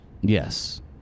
Yes